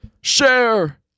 Share